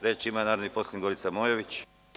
Reč ima narodni poslanik Gorica Mojović.